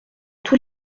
tous